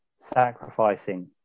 sacrificing